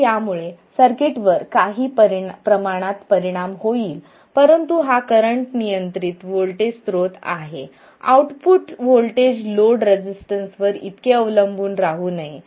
तर यामुळे सर्किटवर काही प्रमाणात परिणाम होईल परंतु हा करंट नियंत्रित व्होल्टेज स्रोत आहे आउटपुट व्होल्टेज लोड रेसिस्टन्स वर इतके अवलंबून राहू नये